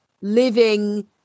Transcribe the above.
living